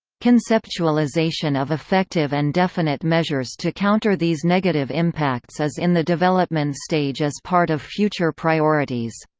conceptualization of effective and definite measures to counter these negative impacts is in the development stage as part of future priorities.